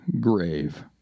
grave